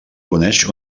coneix